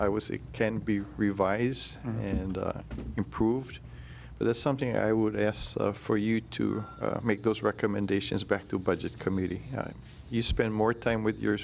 i was it can be revised and improved but that's something i would ask for you to make those recommendations back to budget committee you spend more time with your